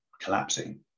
collapsing